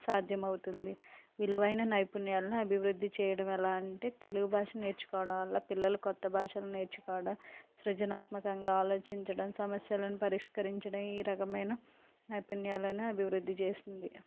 సాధ్యమవుతుంది విలువైన నైపుణ్యాలని అభివృద్ధి చేయడం ఎలా అంటే తెలుగు భాష నేర్చుకోవడం వల్ల పిల్లలు కొత్త భాషను నేర్చుకోవడం సృజనాత్మకంగా ఆలోచించడం సమస్యలను పరిష్కరించడం ఈ రకమైన నైపుణ్యాలను అభివృద్ధి చేస్తుంది